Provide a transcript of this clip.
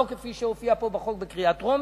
לא כפי שהופיע פה בחוק בקריאה טרומית.